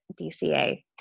DCA